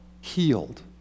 healed